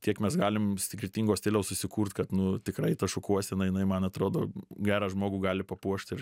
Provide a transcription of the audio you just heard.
tiek mes galim skirtingo stiliaus susikurt kad nu tikrai ta šukuosena jinai man atrodo gerą žmogų gali papuošt ir